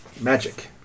magic